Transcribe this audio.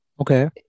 Okay